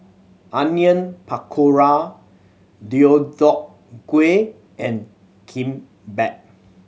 Onion Pakora Deodeok Gui and Kimbap